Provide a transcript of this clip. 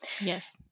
Yes